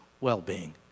well-being